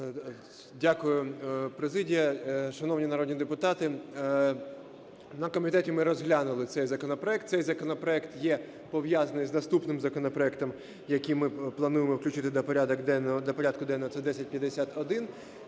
Дякую. Президія, шановні народні депутати! На комітеті ми розглянули цей законопроект. Цей законопроект є пов'язаний з наступним законопроектом, який ми плануємо включити до порядку денного, це 1051.